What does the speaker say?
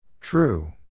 True